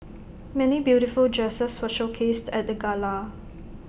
many beautiful dresses were showcased at the gala